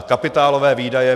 Kapitálové výdaje.